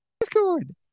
Discord